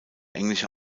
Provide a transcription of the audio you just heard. englische